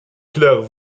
claire